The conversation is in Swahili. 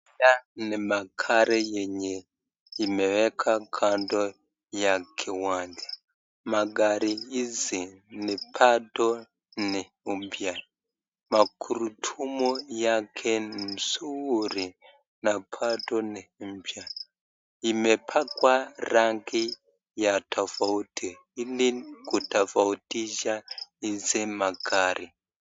Haya ni magari yaliyowekwa kando ya kiwanja. Magari haya bado ni mapya. Magurudumu yake bado ni mazuri na bado ni mapya. Yamepakwa rangi tofauti tofauti ili kufoutisha izi magari.